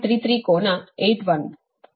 33 ಕೋನ 81